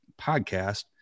podcast